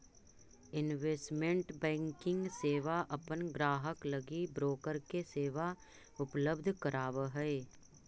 investment banking सेवा अपन ग्राहक लगी ब्रोकर के सेवा उपलब्ध करावऽ हइ